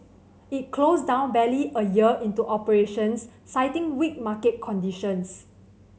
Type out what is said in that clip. it closed down barely a year into operations citing weak market conditions